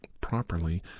properly